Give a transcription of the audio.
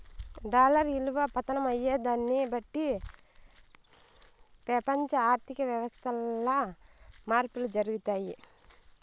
dollar ఇలువ పతనం అయ్యేదాన్ని బట్టి పెపంచ ఆర్థిక వ్యవస్థల్ల మార్పులు జరగతాయి